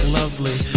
lovely